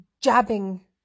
jabbing